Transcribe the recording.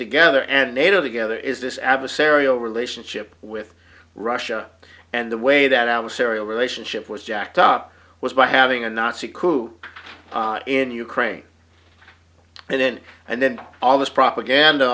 together and nato together is this adversarial relationship with russia and the way that i was serial relationship was jacked up was by having a nazi coup in ukraine and then and then all this propaganda